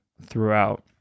throughout